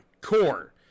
Core